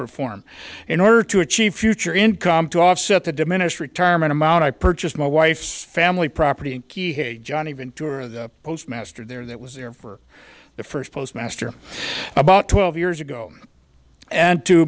perform in order to achieve future income to offset the diminished retirement amount i purchased my wife's family property key hey john even two are the postmaster there that was there for the first postmaster about twelve years ago and to